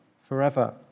forever